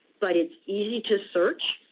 but it's easy to search.